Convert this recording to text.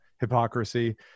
hypocrisy